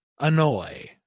annoy